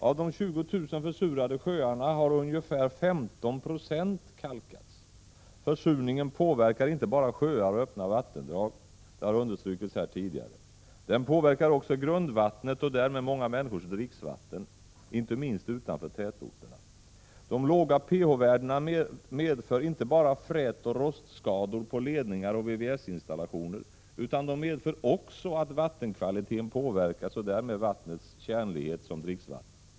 Av de 20 000 försurade sjöarna har ungefär 15 90 kalkats. Försurningen påverkar inte bara sjöar och öppna vattendrag. Det har understrukits här tidigare. Den påverkar också grundvattnet och därmed många människors dricksvatten, inte minst utanför tätorterna. De låga pH-värdena medför inte bara frätoch rostskador på ledningar och VVS-installationer, utan de medför också att vattenkvaliteten påverkas och därmed vattnets tjänlighet som dricksvatten.